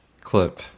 clip